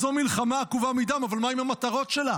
זו מלחמה עקובה מדם, אבל מה עם המטרות שלה?